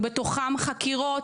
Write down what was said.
ובתוכם חקירות,